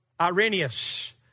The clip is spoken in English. Irenaeus